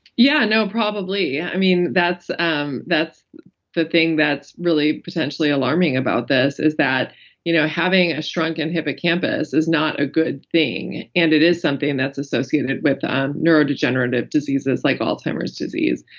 yeah, no, probably. i mean that's um that's the thing that's really potentially alarming about this is that you know having a shrunken hippocampus is not a good thing. and it is something that's associated with um neuro-degenerative diseases like alzheimer's disease.